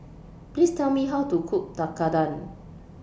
Please Tell Me How to Cook Tekkadon